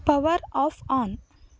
power off on